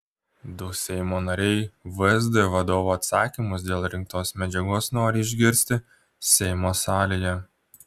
du seimo nariai vsd vadovo atsakymus dėl rinktos medžiagos nori išgirsti seimo salėje